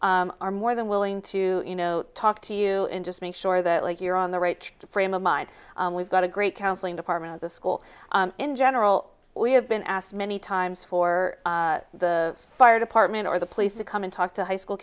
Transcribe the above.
teachers are more than willing to you know talk to you in just make sure that like you're on the right frame of mind we've got a great counseling department the school in general we have been asked many times for the fire department or the police to come and talk to high school